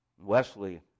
Wesley